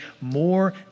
more